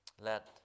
let